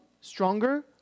stronger